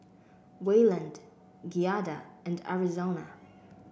Wayland Giada and Arizona